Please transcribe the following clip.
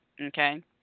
okay